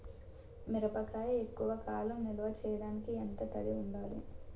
మిరపకాయ ఎక్కువ కాలం నిల్వ చేయటానికి ఎంత తడి ఉండాలి?